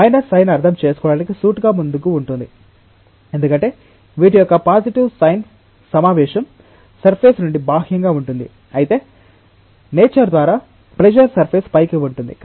minus sign అర్థం చేసుకోవడానికి సూటిగా ముందుకు ఉంటుంది ఎందుకంటే వీటి యొక్క పాజిటివ్ సైన్ సమావేశం సర్ఫేస్ నుండి బాహ్యంగా ఉంటుంది అయితే నేచర్ ద్వారా ప్రెషర్ సర్ఫేస్ పైకి ఉంటుంది